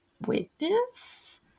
witness